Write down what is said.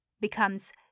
becomes